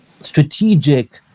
strategic